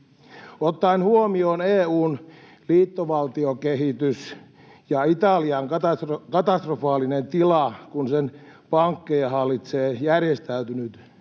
Ottaen huomioon EU:n liittovaltiokehityksen ja Italian katastrofaalisen tilan, kun sen pankkeja hallitsee järjestäytynyt rikollisuus,